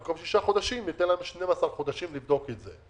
במקום שישה חודשים ניתן להם 12 חודשים לבדוק את זה.